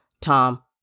Tom